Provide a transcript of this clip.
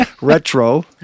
Retro